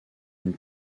une